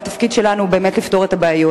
והתפקיד שלנו באמת לפתור את הבעיות.